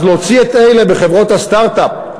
אז להוציא את אלה בחברות הסטרט-אפ,